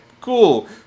cool